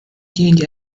change